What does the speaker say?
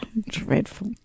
Dreadful